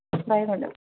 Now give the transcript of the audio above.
bye madam